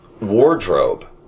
wardrobe